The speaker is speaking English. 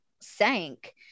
sank